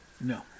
No